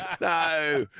No